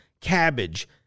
cabbage